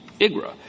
IGRA